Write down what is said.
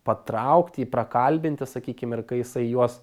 patraukti jį prakalbinti sakykim ir kai jisai juos